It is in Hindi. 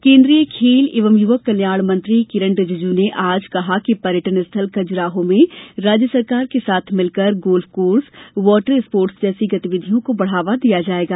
किरण रिजिज् केंद्रीय खेल एवं युवक कल्याण मंत्री किरण रिजिज् ने आज कहा कि पर्यटन स्थल खजुराहो में राज्य सरकार के साथ मिलकर गोल्फ कोर्स वाटर स्पोर्ट्स जैसी गतिविधियों को बढ़ावा दिया जायेगा